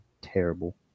terrible